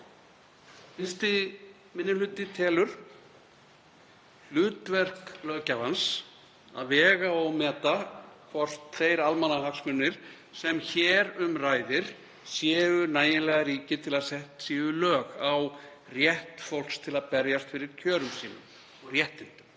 1. minni hluti telur hlutverk löggjafans að vega og meta hvort þeir almannahagsmunir sem hér um ræðir séu nægjanlega ríkir til að sett séu lög á rétt fólks til að berjast fyrir kjörum sínum og réttindum.